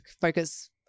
focus